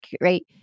right